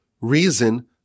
reason